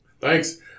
Thanks